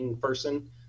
person